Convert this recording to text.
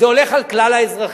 זה הולך על כלל האזרחים.